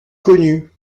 connues